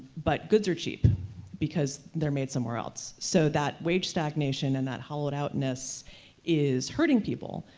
but goods are cheap because they're made somewhere else. so, that wage stagnation and that hollowed-out-ness is hurting people,